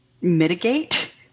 mitigate